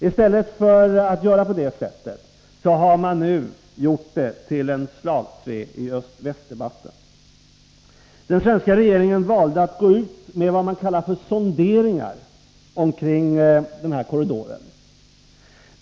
I stället för att göra på det sättet har man nu gjort förslaget till ett slagträ i öst-väst-debatten. Den svenska regeringen valde att gå ut med vad man kallade sonderingar kring den här korridoren.